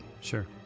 Sure